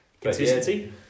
Consistency